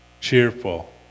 cheerful